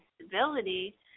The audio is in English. stability